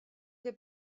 que